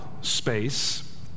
space